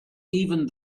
even